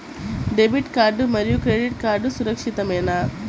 Debit card మరియు credit card సురక్షితమేనా?